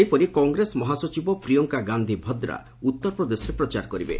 ସେହିପରି କଂଗ୍ରେସ ମହାସଚିବ ପ୍ରିୟଙ୍କା ଗାନ୍ଧି ଭଦ୍ରା ଉତ୍ତରପ୍ରଦେଶରେ ପ୍ରଚାର କରିବେ